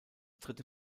dritte